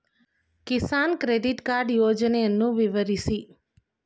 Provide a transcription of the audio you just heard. Kisan credit card ಯೋಜನೆಯನ್ನು ವಿವರಿಸಿ?